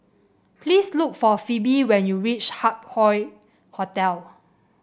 please look for Phoebe when you reach Hup Hoe Hotel